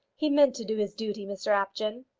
he meant to do his duty, mr apjohn.